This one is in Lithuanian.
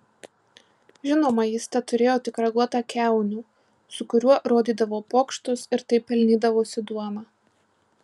žinoma jis teturėjo tik raguotą kiaunių su kuriuo rodydavo pokštus ir taip pelnydavosi duoną